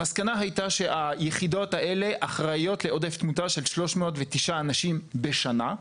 המסקנה הייתה שהיחידות האלה אחראיות לעודף תמותה של 309 אנשים בשנה,